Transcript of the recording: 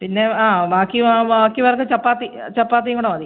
പിന്നെ ആ ബാക്കി ആ ബാക്കി പേർക്ക് ചപ്പാത്തി ചപ്പാത്തിയും കൂടെ മതി